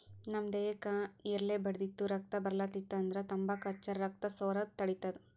ನಮ್ ದೇಹಕ್ಕ್ ಎಲ್ರೆ ಬಡ್ದಿತ್ತು ರಕ್ತಾ ಬರ್ಲಾತಿತ್ತು ಅಂದ್ರ ತಂಬಾಕ್ ಹಚ್ಚರ್ ರಕ್ತಾ ಸೋರದ್ ತಡಿತದ್